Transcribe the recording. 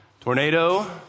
tornado